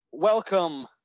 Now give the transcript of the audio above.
Welcome